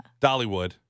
Dollywood